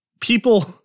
People